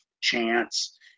chance